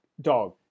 dog